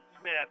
Smith